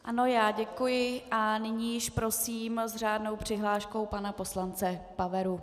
Ano, já děkuji a nyní již prosím s řádnou přihláškou pana poslance Paveru.